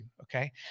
okay